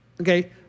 Okay